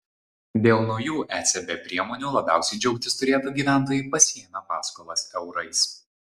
dėl naujų ecb priemonių labiausiai džiaugtis turėtų gyventojai pasiėmę paskolas eurais